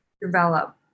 develop